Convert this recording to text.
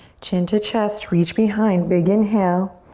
chin to chest. reach behind. big inhale.